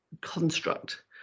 construct